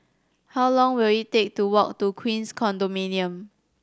how long will it take to walk to Queens Condominium